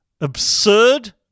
absurd